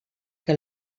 que